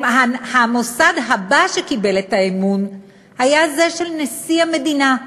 המוסד הבא שקיבל את האמון היה זה של נשיא המדינה.